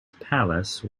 palace